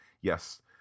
Yes